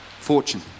fortune